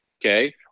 okay